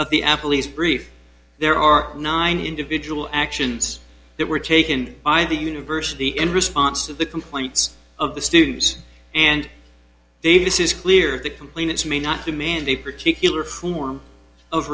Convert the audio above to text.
brief there are nine individual actions that were taken by the university in response of the complaints of the students and davis is clear the complainants may not demand a particular form of